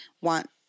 want